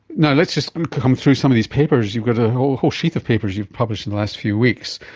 now, let's just come through some of these papers. you've got a whole whole sheath of papers you've published in the last few weeks.